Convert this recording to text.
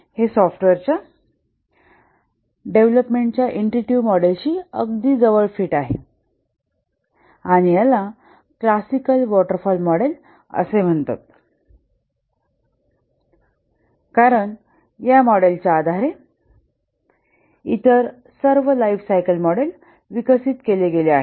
हे सॉफ्टवेअर डेव्हलपमेंटच्या इंटुटीव्ह मॉडेलशी अगदी जवळ फिट आहे आणि याला क्लासिकल वॉटर फॉल मॉडेल असे म्हणतात कारण या मॉडेलच्या आधारे इतर सर्व लाइफसायकल मॉडेल विकसित केले गेले आहेत